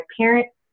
parents